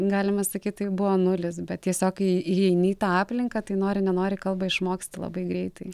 galima sakyt tai buvo nulis bet tiesiog kai įeini į tą aplinką tai nori nenori kalbą išmoksti labai greitai